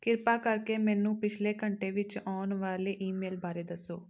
ਕਿਰਪਾ ਕਰਕੇ ਮੈਨੂੰ ਪਿਛਲੇ ਘੰਟੇ ਵਿੱਚ ਆਉਣ ਵਾਲੇ ਈਮੇਲ ਬਾਰੇ ਦੱਸੋ